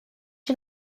you